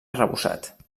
arrebossat